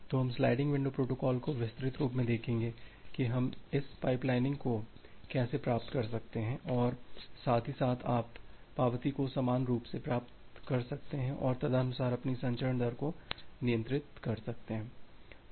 तो हम sliding window protocol को विस्तृत रूप में देखेंगे कि हम इस पाइपलाइनिंग को कैसे प्राप्त कर सकते हैं और साथ ही साथ आप पावती को समान रूप से प्राप्त कर सकते हैं और तदनुसार अपनी संचरण दर को नियंत्रित कर सकते हैं